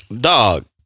dog